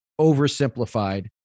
oversimplified